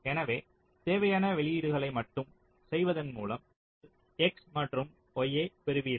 எனவே தேவையான வெளியீடுகளை மட்டும் செய்வதன் மூலம் நீங்கள் x மற்றும் y ஐப் பெறுவீர்கள்